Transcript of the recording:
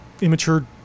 Immature